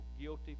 guilty